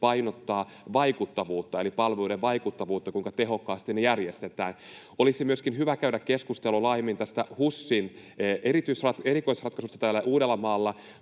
painottaa palveluiden vaikuttavuutta, kuinka tehokkaasti ne järjestetään. Olisi myöskin hyvä käydä keskustelua laajemmin HUSin erikoisratkaisusta täällä Uudellamaalla.